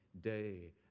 day